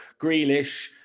Grealish